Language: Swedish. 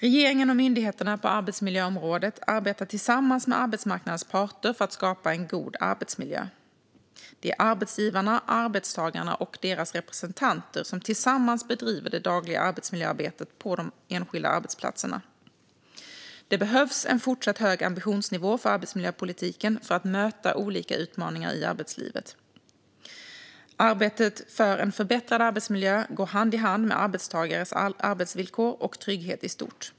Regeringen och myndigheterna på arbetsmiljöområdet arbetar tillsammans med arbetsmarknadens parter för att skapa en god arbetsmiljö. Det är arbetsgivarna, arbetstagarna och deras representanter som tillsammans bedriver det dagliga arbetsmiljöarbetet på de enskilda arbetsplatserna. Det behövs en fortsatt hög ambitionsnivå för arbetsmiljöpolitiken för att möta olika utmaningar i arbetslivet. Arbetet för en förbättrad arbetsmiljö går hand i hand med arbetstagares arbetsvillkor och trygghet i stort.